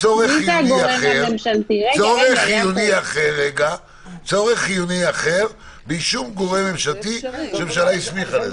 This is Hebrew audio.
"צורך חיוני אחר באישור גורם ממשלתי שהממשלה הסמיכה לכך".